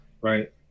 right